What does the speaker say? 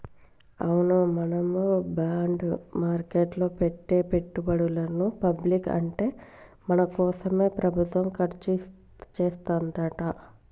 అవును మనం బాండ్ మార్కెట్లో పెట్టే పెట్టుబడులని పబ్లిక్ అంటే మన కోసమే ప్రభుత్వం ఖర్చు చేస్తాడంట